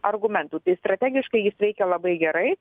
argumentų tai strategiškai jis veikia labai gerai